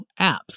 apps